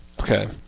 Okay